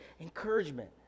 encouragement